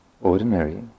ordinary